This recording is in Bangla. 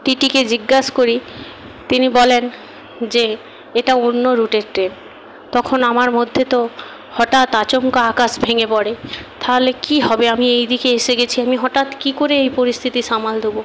টি টিকে জিজ্ঞাসা করি তিনি বলেন যে এটা অন্য রুটের ট্রেন তখন আমার মধ্যে তো হঠাৎ আচমকা আকাশ ভেঙে পড়ে তাহলে কী হবে আমি এই দিকে এসে গেছি আমি হঠাৎ কী করে এই পরিস্থিতি সামাল দেবো